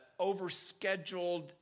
overscheduled